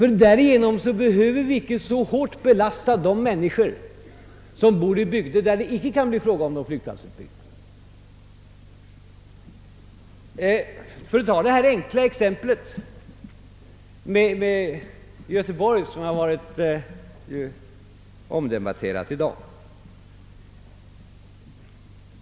Därigenom behöver vi inte så hårt belasta människor i bygder, där det inte kan bli tal om någon flygplatsbyggnation. Vi kan ta det enkla exemplet med Göteborg som har diskuterats i dag.